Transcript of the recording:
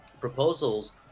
proposals